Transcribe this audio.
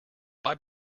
bye